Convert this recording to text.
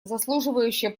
заслуживающее